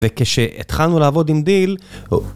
וכשהתחלנו לעבוד עם דיל, הוא...